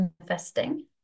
investing